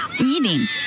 eating